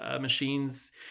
machines